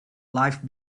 life